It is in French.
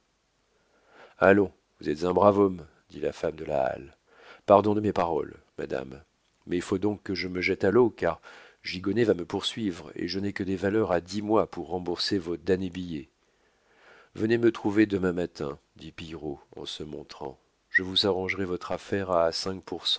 allons vous êtes un brave homme dit la femme de la halle pardon de mes paroles madame mais faut donc que je me jette à l'eau car gigonnet va me poursuivre et je n'ai que des valeurs à dix mois pour rembourser vos damnés billets venez me trouver demain matin dit pillerault en se montrant je vous arrangerai votre affaire à